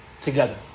together